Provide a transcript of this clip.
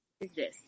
exist